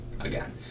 again